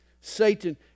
Satan